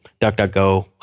DuckDuckGo